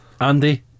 Andy